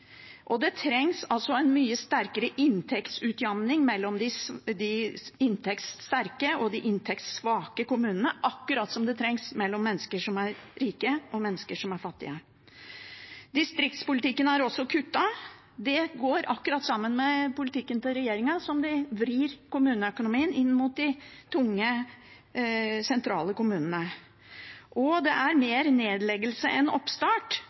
kutte. Det trengs en mye sterkere inntektsutjamning mellom de inntektssterke og de inntektssvake kommunene, akkurat som det trengs mellom mennesker som er rike, og mennesker som er fattige. I distriktspolitikken er det også kuttet. Det går akkurat sammen med politikken til regjeringen, som vrir kommuneøkonomien inn mot de tunge, sentrale kommunene. «Det er mer nedleggelse enn oppstart», sier tidligere Høyre-ordfører i Grue i Hedmark, Wenche Huser Sund. Ja, det er